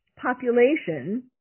population